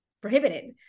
prohibited